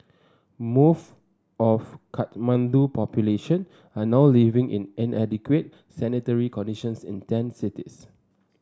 most of Kathmandu's population are now living in inadequate sanitary conditions in tent cities